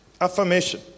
Affirmation